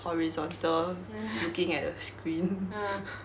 horizontal looking at a screen